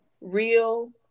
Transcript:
real